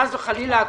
חס וחלילה,